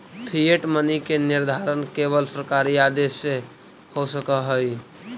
fiat money के निर्धारण केवल सरकारी आदेश से हो सकऽ हई